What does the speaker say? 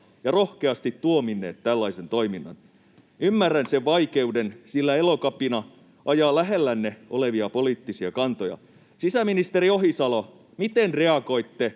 ja rohkeasti tuominneet tällaisen toiminnan. Ymmärrän sen vaikeuden, sillä Elokapina ajaa lähellänne olevia poliittisia kantoja. Sisäministeri Ohisalo: miten reagoitte,